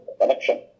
connection